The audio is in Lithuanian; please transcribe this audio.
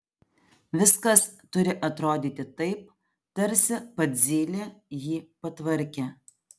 viskas turi atrodyti taip tarsi pats zylė jį patvarkė